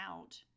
out